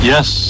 Yes